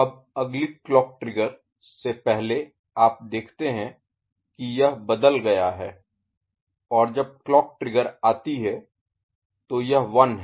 अब अगली clock trigger से पहले आप देखते हैं कि यह बदल गया है और जब क्लॉक ट्रिगर आती है तो यह 1 है